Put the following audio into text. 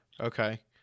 Okay